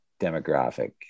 demographic